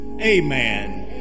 amen